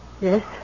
Yes